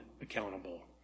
accountable